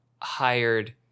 hired